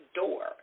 door